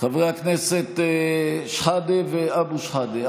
חברי הכנסת שחאדה ואבו שחאדה,